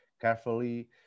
carefully